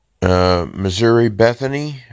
MissouriBethany